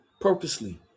purposely